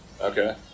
Okay